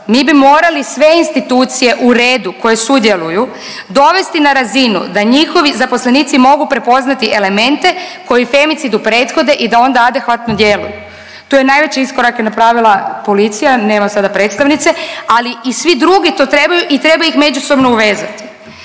Mi bi morali sve institucije u redu koje sudjeluju dovesti na razinu da njihovi zaposlenici mogu prepoznati elemente koji femicidu prethode i da onda adekvatno djeluju. Tu je najveće iskorake napravila policija, nema sada predstavnice. Ali i svi drugi to trebaju i treba ih međusobno uvezati.